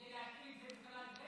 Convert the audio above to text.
כדי להשאיר חלל ריק,